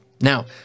Now